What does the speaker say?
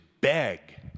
beg